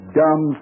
dumb